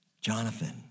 Jonathan